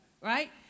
Right